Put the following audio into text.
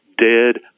Dead